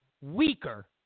weaker